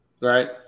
Right